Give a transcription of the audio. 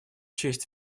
честь